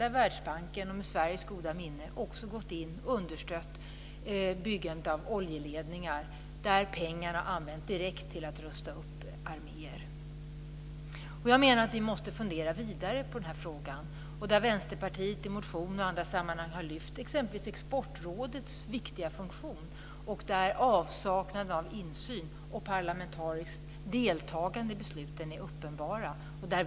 Där har världsbanken med Sveriges goda minne gått in och understött byggandet av oljeledningar. Pengar har där använts direkt till att rusta upp arméer. Jag menar att vi måste fundera vidare på den här frågan. Vänsterpartiet har i motioner och i andra sammanhang lyft fram exempelvis Exportrådets viktiga funktion. Avsaknaden av insyn och parlamentariskt deltagande i besluten är uppenbart.